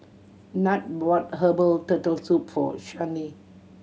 Nat brought herbal Turtle Soup for Shanae